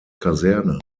kaserne